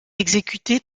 exécuter